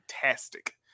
fantastic